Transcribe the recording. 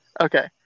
Okay